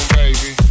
baby